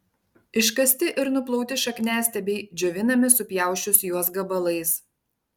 iškasti ir nuplauti šakniastiebiai džiovinami supjausčius juos gabalais